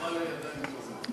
עברה לידיים טובות.